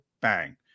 Bang